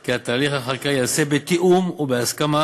כי תהליך החקיקה ייעשה בתיאום ובהסכמה